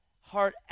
heart